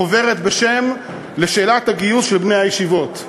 חוברת ששמה "לשאלת הגיוס של בני הישיבות".